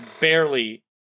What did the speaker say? barely